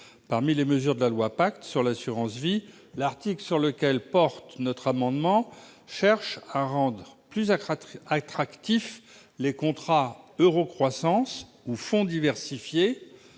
Parmi les mesures de la loi Pacte relatives à l'assurance vie, l'article visé par notre amendement cherche à rendre plus attractifs les contrats euro-croissance, ou fonds diversifiés.